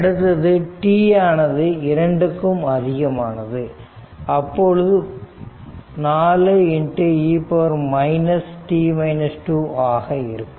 அடுத்தது t ஆனது இரண்டுக்குஅதிகமானது அப்பொழுது 4e ஆக இருக்கும்